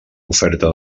oferta